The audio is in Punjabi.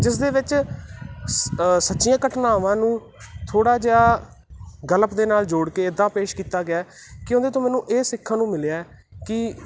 ਜਿਸ ਦੇ ਵਿੱਚ ਸੱਚੀਆਂ ਘਟਨਾਵਾਂ ਨੂੰ ਥੋੜ੍ਹਾ ਜਿਹਾ ਗਲਪ ਦੇ ਨਾਲ ਜੋੜ ਕੇ ਇੱਦਾਂ ਪੇਸ਼ ਕੀਤਾ ਗਿਆ ਕਿ ਉਹਦੇ ਤੋਂ ਮੈਨੂੰ ਇਹ ਸਿੱਖਣ ਨੂੰ ਮਿਲਿਆ ਕਿ